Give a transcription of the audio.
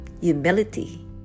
humility